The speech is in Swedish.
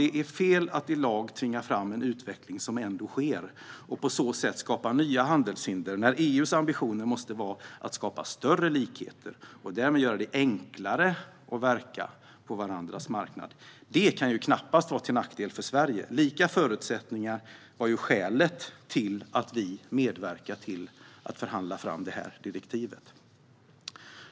Det är fel att i lag tvinga fram en utveckling som ändå sker och på så sätt skapa nya handelshinder. EU:s ambitioner måste i stället vara att skapa större likheter och därmed göra det enklare att verka på varandras marknader. Det kan knappast vara till nackdel för Sverige. Lika förutsättningar var ju skälet till att vi medverkade till att förhandla fram direktivet.